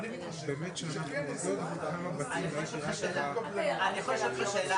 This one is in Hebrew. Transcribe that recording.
מישהו, וצריך לעשות עוד